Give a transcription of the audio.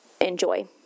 enjoy